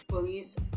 Police